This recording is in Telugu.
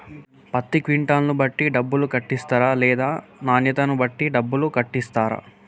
పత్తి క్వింటాల్ ను బట్టి డబ్బులు కట్టిస్తరా లేక నాణ్యతను బట్టి డబ్బులు కట్టిస్తారా?